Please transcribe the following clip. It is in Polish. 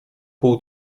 pół